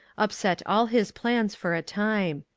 upset all his plans for a time.